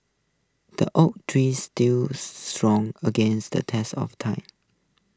the oak tree stood strong against the test of time